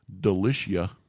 Delicia